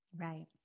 Right